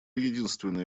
единственное